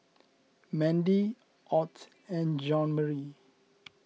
Mandie Ott and Jeanmarie